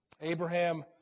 Abraham